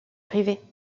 privées